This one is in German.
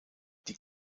die